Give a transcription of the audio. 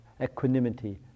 equanimity